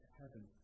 heaven